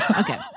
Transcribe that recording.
Okay